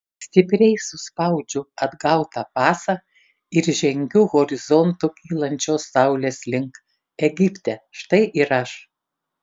stipriai suspaudžiu atgautą pasą ir žengiu horizontu kylančios saulės link egipte štai ir aš